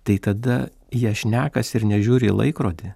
tai tada jie šnekasi ir nežiūri į laikrodį